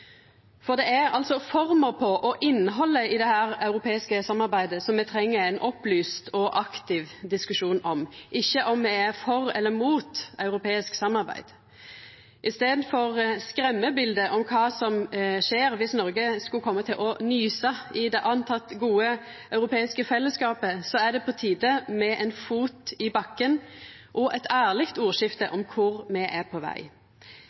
For det er altså forma på og innhaldet i dette europeiske samarbeidet som me treng ein opplyst og aktiv diskusjon om, ikkje om me er for eller mot europeisk samarbeid. I staden for eit skremmebilde av kva som skjer viss Noreg skulle koma til å nysa i det antatt gode europeiske fellesskapet, er det på tide med ein fot i bakken og eit ærleg ordskifte om kor me er på veg.